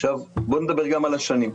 עכשיו, בוא נדבר גם על השנים.